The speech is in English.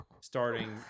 starting